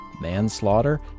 manslaughter